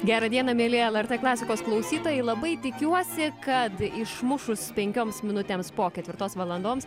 gerą dieną mieli lrt klasikos klausytojai labai tikiuosi kad išmušus penkioms minutėms po ketvirtos valandoms